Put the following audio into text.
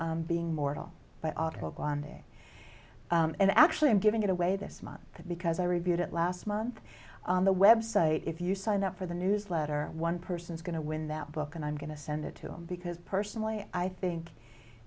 reviewed being mortal but autobahn there and actually i'm giving it away this month because i reviewed it last month on the website if you sign up for the newsletter one person is going to win that book and i'm going to send it to him because personally i think